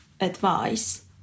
advice